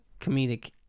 comedic